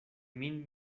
min